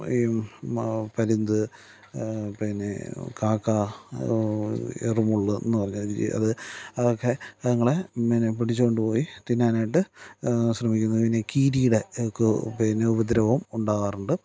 ഈ പരുന്ത് പിന്നെ കാക്ക ഏറുമുള്ളെന്നു പറഞ്ഞ് ഒരു ജീവി അത് അതൊക്കെ അതുങ്ങളെ പിന്നെ പിടിച്ചുകൊണ്ടുപോയി തിന്നാനായിട്ട് ശ്രമിക്കുന്നു പിന്നെ കീരിയുടെ ഒക്കെ പിന്നെ ഉപദ്രവവും ഉണ്ടാകാറുണ്ട്